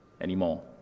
anymore